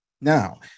Now